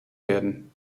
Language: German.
werden